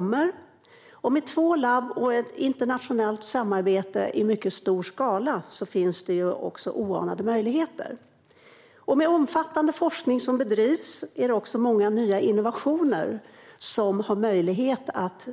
Med två labb och internationellt samarbete i mycket stor skala finns det också oanade möjligheter. När omfattande forskning bedrivs finns det också möjlighet att